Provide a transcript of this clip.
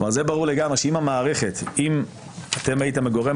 כלומר, ברור לגמרי שאם הייתם הגורם